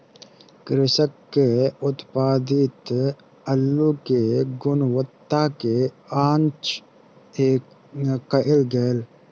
कृषक के उत्पादित अल्लु के गुणवत्ता के जांच कएल गेल